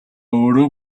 өөрөө